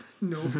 No